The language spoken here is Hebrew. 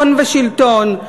הון ושלטון,